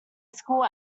school